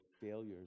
failures